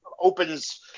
opens